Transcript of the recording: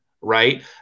Right